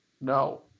No